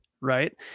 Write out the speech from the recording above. right